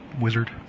wizard